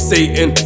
Satan